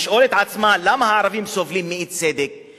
לשאול את עצמה למה הערבים סובלים מאי-צדק,